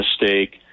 mistake